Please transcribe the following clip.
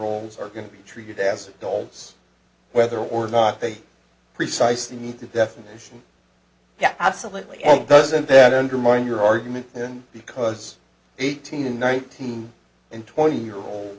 olds are going to be treated as adults whether or not they precisely meet the definition that absolutely doesn't that undermine your argument because eighteen and nineteen and twenty year old